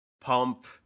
Pump